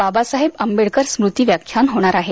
बाबासाहेब आंबेडकर स्मृती व्याख्यान होणार आहे